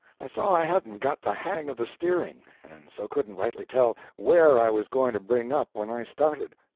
i saw i hadn't got the hang of the steering, and so couldn't rightly tell where i was going to bring up when i started.